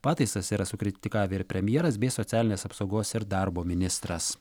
pataisas yra sukritikavę ir premjeras bei socialinės apsaugos ir darbo ministras